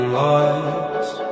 lights